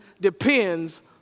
depends